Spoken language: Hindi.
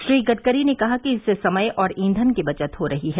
श्री गडकरी ने कहा कि इससे समय और ईंधन की बचत हो रही है